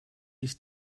his